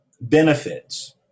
benefits